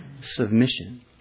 submission